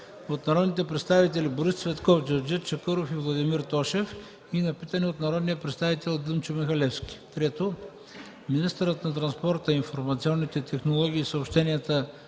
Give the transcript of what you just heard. от народните представители Борис Цветков, Джевдет Чакъров и Владимир Тошев, и на питане от народния представител Димчо Михалевски; - министърът на транспорта, информационните технологии и съобщенията